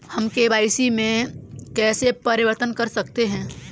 हम के.वाई.सी में कैसे परिवर्तन कर सकते हैं?